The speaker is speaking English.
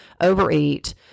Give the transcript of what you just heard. overeat